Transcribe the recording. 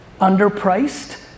underpriced